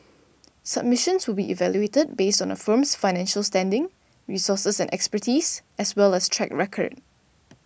submissions will be evaluated based on a firm's financial standing resources and expertise as well as track record